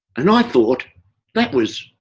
and i thought that was,